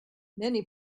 many